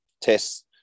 tests